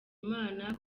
imana